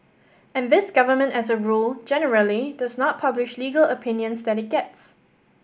and this government as a rule generally does not publish legal opinions that it gets